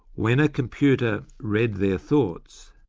when a computer read their thoughts,